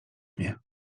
mnie